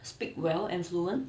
speak well and fluent